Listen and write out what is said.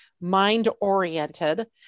mind-oriented